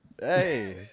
Hey